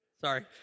Sorry